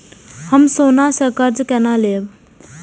हम सोना से कर्जा केना लैब?